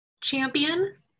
Champion